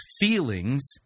feelings